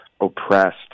oppressed